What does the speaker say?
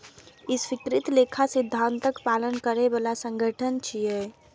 ई स्वीकृत लेखा सिद्धांतक पालन करै बला संगठन छियै